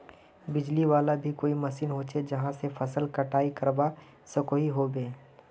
बिजली वाला भी कोई मशीन होचे जहा से फसल कटाई करवा सकोहो होबे?